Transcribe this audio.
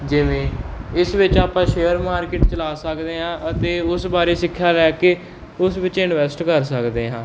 ਜਿਵੇਂ ਇਸ ਵਿੱਚ ਆਪਾਂ ਸ਼ੇਅਰ ਮਾਰਕੀਟ ਚਲਾ ਸਕਦੇ ਹਾਂ ਅਤੇ ਉਸ ਬਾਰੇ ਸਿੱਖਿਆ ਲੈ ਕੇ ਉਸ ਵਿੱਚ ਇਨਵੈਸਟ ਕਰ ਸਕਦੇ ਹਾਂ